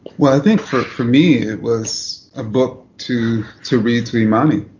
well, i think for for me, it was a book to to read to imani.